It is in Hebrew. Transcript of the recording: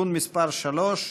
(תיקון מס' 3),